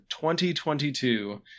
2022